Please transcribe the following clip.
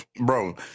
bro